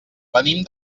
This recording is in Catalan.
venim